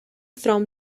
from